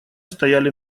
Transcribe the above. стояли